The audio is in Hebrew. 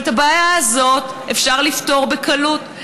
אבל את הבעיה הזאת אפשר לפתור בקלות,